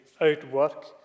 outwork